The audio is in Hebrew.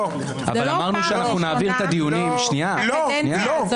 זאת לא הפעם הראשונה -- שנייה -- לא, לא.